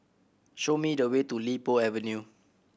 show me the way to Li Po Avenue